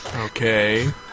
Okay